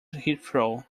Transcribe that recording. heathrow